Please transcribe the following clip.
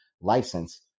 license